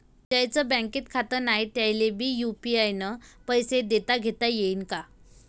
ज्याईचं बँकेत खातं नाय त्याईले बी यू.पी.आय न पैसे देताघेता येईन काय?